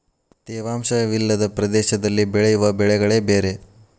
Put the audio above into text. ತೇವಾಂಶ ವಿಲ್ಲದ ಪ್ರದೇಶದಲ್ಲಿ ಬೆಳೆಯುವ ಬೆಳೆಗಳೆ ಬೇರೆ